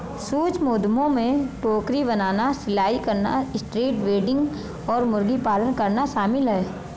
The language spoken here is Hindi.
सूक्ष्म उद्यमों में टोकरी बनाना, सिलाई करना, स्ट्रीट वेंडिंग और मुर्गी पालन करना शामिल है